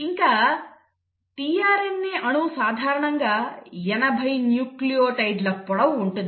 ఇంకా tRNA అణువు సాధారణంగా 80 న్యూక్లియోటైడ్ల పొడవు ఉంటుంది